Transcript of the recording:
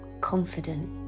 confident